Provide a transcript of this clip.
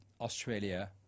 Australia